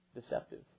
deceptive